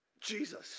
Jesus